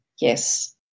Yes